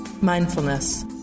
mindfulness